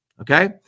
okay